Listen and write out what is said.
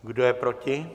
Kdo je proti?